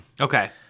Okay